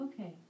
Okay